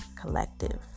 collective